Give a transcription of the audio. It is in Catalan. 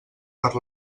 per